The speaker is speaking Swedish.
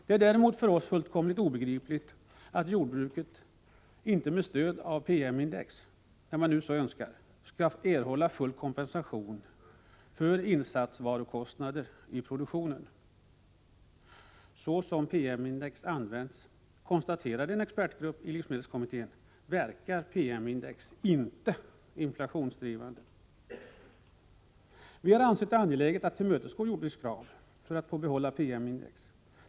Det är däremot för oss fullkomligt obegripligt att jordbruket, när man så önskar, inte med stöd av PM-index skall erhålla full kompensation för insatsvarukostnader i produktionen. Så som PM-index används, konstaterade en expertgrupp i livsmedelskommittén, verkar PM-index inte inflationsdrivande. Vi har ansett det angeläget att tillmötesgå jordbrukets krav att få behålla PM-index.